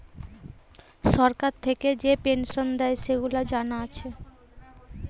সরকার থিকে যে পেনসন দেয়, সেগুলা জানা আছে